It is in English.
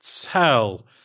tell